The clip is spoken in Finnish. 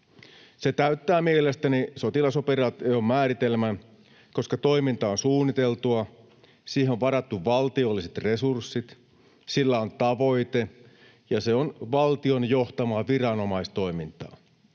Se täyttää mielestäni sotilasoperaation määritelmän, koska toiminta on suunniteltua, siihen on varattu valtiolliset resurssit, sillä on tavoite ja se on valtion johtamaa viranomaistoimintaa.